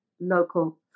local